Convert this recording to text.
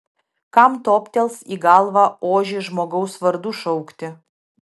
kam toptels į galvą ožį žmogaus vardu šaukti